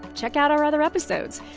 check out our other episodes.